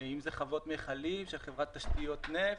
אם זה חוות מיכלים של חברת תשתיות נפט,